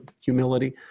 humility